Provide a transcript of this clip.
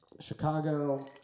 Chicago